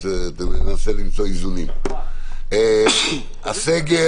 דבר אחד אין ספק הסגר